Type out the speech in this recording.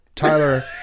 Tyler